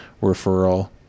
referral